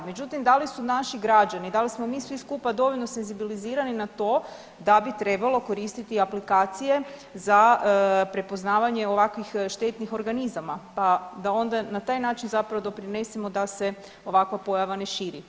Međutim, da li su naši građani, da li smo mi svi skupa dovoljno senzibilizirani na to da bi trebalo koristiti aplikacije za prepoznavanje ovakvih štetnih organizama, pa da onda na taj način zapravo doprinesemo da se ovakva pojava ne širi?